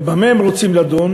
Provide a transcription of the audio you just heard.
ובמה הם רוצים לדון?